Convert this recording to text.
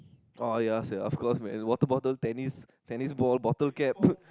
oh ya sia of course man water bottle tennis tennis ball bottle cap